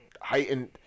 heightened